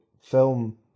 film